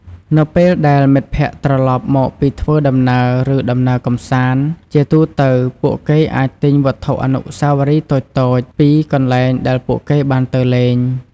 នៅពេលដែលមិត្តភក្តិត្រឡប់មកពីធ្វើដំណើរ ឬដំណើរកម្សាន្ត ជាទូទៅពួកគេអាចទិញវត្ថុអនុស្សាវរីយ៍តូចៗ ពីកន្លែងដែលពួកគេបានទៅលេង។